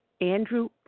Andrew